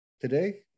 today